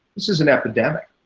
this is an epidemic.